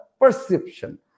perception